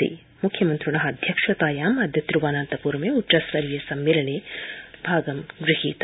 म्ख्यमन्त्रिण अध्यक्षतायामद्य तिरुअनन्तप्रमे उच्च स्तरीय सम्मेलने भागं गुहीतम्